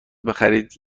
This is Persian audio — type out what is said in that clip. بخرید